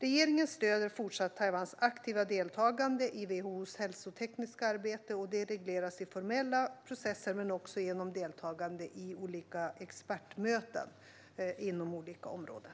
Regeringen fortsätter att stödja Taiwans aktiva deltagande i WHO:s hälsotekniska arbete. Det regleras i formella processer men också genom deltagande i olika expertmöten inom olika områden.